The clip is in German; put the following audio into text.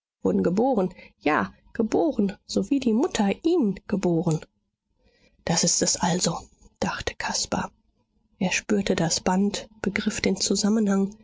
wurden geboren ja geboren sowie die mutter ihn geboren das ist es also dachte caspar er spürte das band begriff den zusammenhang